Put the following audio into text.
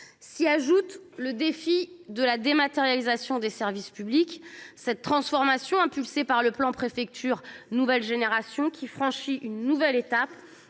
de clarté le défi de la dématérialisation des services publics. Cette transformation sous l’impulsion du plan Préfectures nouvelle génération, qui franchit une nouvelle étape